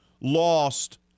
lost